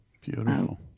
beautiful